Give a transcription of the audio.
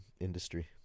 industry